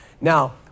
Now